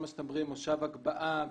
מושב הגבהה,